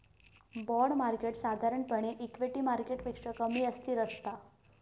bond market साधारणपणे equity मार्केटपेक्षा कमी अस्थिर असता